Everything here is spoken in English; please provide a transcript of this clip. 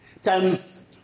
times